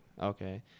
Okay